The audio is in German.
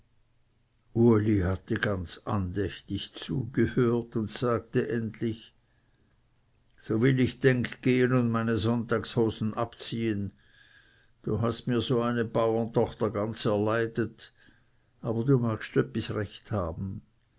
uli hatte ganz andächtig zugehört und sagte endlich so will ich denk gehen und meine sonntagshosen abziehen du hast mir so eine baurentochter ganz erleidet aber du magst öppis recht haben